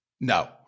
No